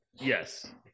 yes